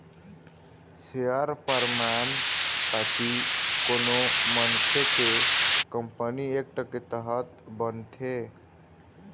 share परमान पाती कोनो मनखे के कंपनी एक्ट के तहत बनथे